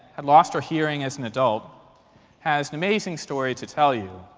had lost her hearing as an adult has an amazing story to tell you.